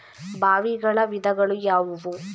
ಬಾವಿಗಳ ವಿಧಗಳು ಯಾವುವು?